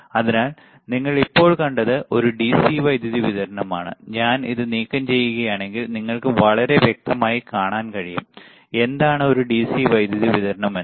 അതിനാൽ നിങ്ങൾ ഇപ്പോൾ കണ്ടത് ഒരു ഡിസി വൈദ്യുതി വിതരണമാണ് ഞാൻ ഇത് നീക്കംചെയ്യുകയാണെങ്കിൽ നിങ്ങൾക്ക് വളരെ വ്യക്തമായി കാണാൻ കഴിയും എന്താണ് ഒരു ഡിസി വൈദ്യുതി വിതരണം എന്ന്